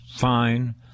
fine